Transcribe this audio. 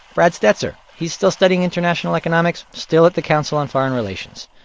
brad setser. he's still studying international economics, still at the council on foreign relations.